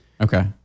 okay